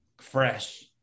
fresh